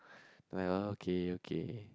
like oh ok ok